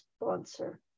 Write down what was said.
sponsor